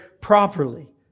properly